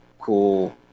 cool